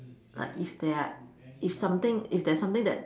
like if there are if something if there's something that